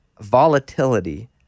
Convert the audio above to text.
volatility